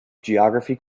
geography